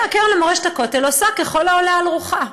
והקרן למורשת הכותל עושה ככל העולה על רוחה.